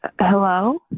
Hello